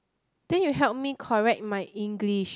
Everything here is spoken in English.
then you help me correct my English